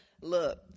Look